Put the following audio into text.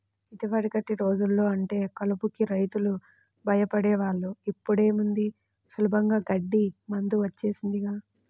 యిదివరకటి రోజుల్లో అంటే కలుపుకి రైతులు భయపడే వాళ్ళు, ఇప్పుడేముంది సులభంగా గడ్డి మందు వచ్చేసిందిగా